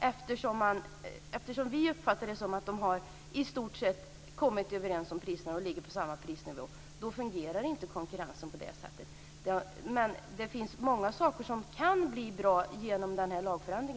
eftersom vi uppfattar det som att de i stort sett har kommit överens om priserna och ligger på samma prisnivå. Då fungerar inte konkurrensen på det sättet. Men det finns många saker som kan bli bra genom denna lagförändring.